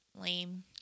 Lame